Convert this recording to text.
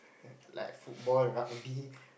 like football rugby